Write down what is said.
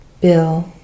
Bill